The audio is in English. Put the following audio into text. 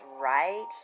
right